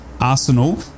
Arsenal